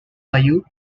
bayou